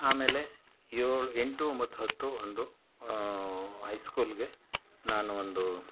ಆಮೇಲೆ ಏಳು ಎಂಟು ಒಂಬತ್ತು ಹತ್ತು ಒಂದು ಹೈಸ್ಕೂಲ್ಗೆ ನಾನು ಒಂದು